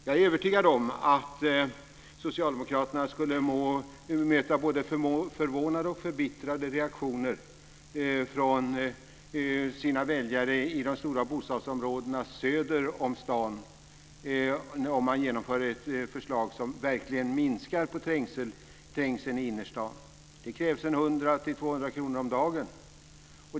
Jag är övertygad om att socialdemokraterna skulle möta både förvånade och förbittrade reaktioner från sina väljare i de stora bostadsområdena söder om stan om man skulle genomföra ett förslag som verkligen minskar trängseln i innerstan. Det krävs 100-200 kr om dagen.